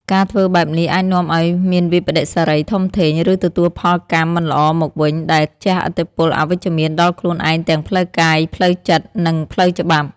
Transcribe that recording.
ការធ្វើបែបនេះអាចនាំឲ្យមានវិប្បដិសារីធំធេង ឬទទួលផលកម្មមិនល្អមកវិញ ដែលជះឥទ្ធិពលអវិជ្ជមានដល់ខ្លួនឯងទាំងផ្លូវកាយ ផ្លូវចិត្ត និងផ្លូវច្បាប់។